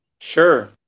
Sure